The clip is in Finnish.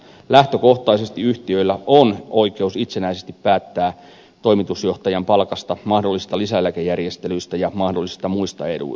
lähtökohtaisesti yhtiöillä on oikeus itsenäisesti päättää toimitusjohtajan palkasta mahdollisista lisäeläkejärjestelyistä ja mahdollisista muista eduista